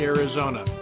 Arizona